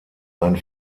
ein